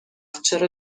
چرا